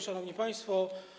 Szanowni Państwo!